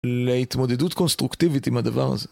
להתמודדות קונסטרוקטיבית עם הדבר הזה